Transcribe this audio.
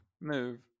move